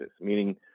meaning